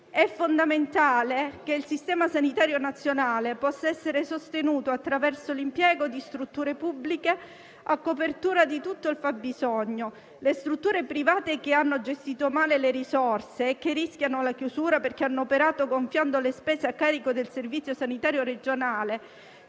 È fondamentale che il Sistema sanitario nazionale possa essere sostenuto attraverso l'impiego di strutture pubbliche a copertura di tutto il fabbisogno. Le strutture private che hanno gestito male le risorse e che rischiano la chiusura perché hanno operato gonfiando le spese a carico del servizio sanitario regionale,